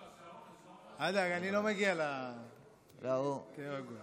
אל תדאג, אני לא מגיע, תהיה רגוע.